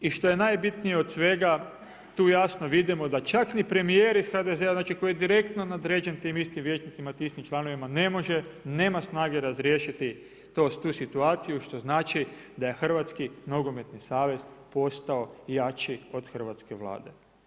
I što je najbitnije od svega tu jasno vidimo da čak ni premijer iz HDZ-a, znači koji je direktno nadređen tim istim vijećnicima, tim istim članovima ne može, nema snage razriješiti tu situaciju što znači da je Hrvatski nogometni savez postao jači od hrvatske Vlade.